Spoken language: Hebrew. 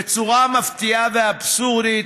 בצורה מפתיעה ואבסורדית,